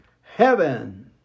heaven